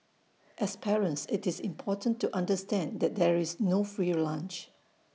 as parents IT is important to understand that there is no free lunch